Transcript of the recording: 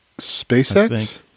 spacex